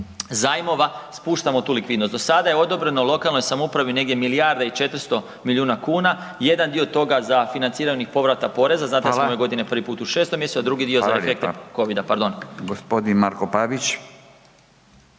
zajmova spuštamo tu likvidnost. Do sada je odobreno lokalnoj samoupravi negdje milijarda i 400 milijuna kuna, jedan dio toga za financiranje povrata poreza, znate da smo ove godine prvi put u 6. mjesecu, a drugi dio za efekte covida.